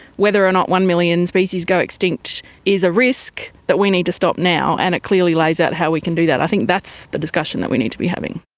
whether or not one million species go extinct is a risk that we need to stop now and it clearly lays out how we can do that. i think that's the discussion that we need to be having.